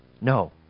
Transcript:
No